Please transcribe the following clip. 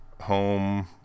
home